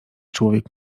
człowiek